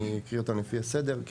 אני אקריא אותם לפי הסדר.